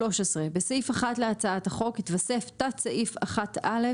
13, בסעיף 1 להצעת החוק יתווסף תת סעיף 1(א)